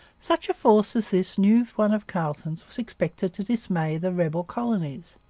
such a force as this new one of carleton's was expected to dismay the rebel colonies.